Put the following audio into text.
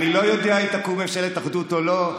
אני לא יודע אם תקום ממשלת אחדות או לא,